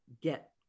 get